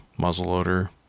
muzzleloader